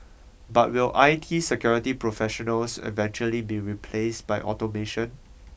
but will I T security professionals eventually be replaced by automation